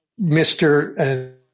Mr